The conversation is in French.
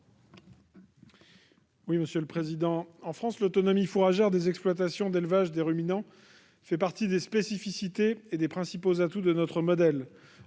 n° 996 rectifié. En France, l'autonomie fourragère des exploitations d'élevage de ruminants fait partie des spécificités et des principaux atouts de notre modèle